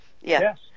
Yes